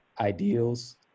ideals